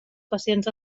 pacients